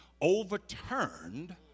overturned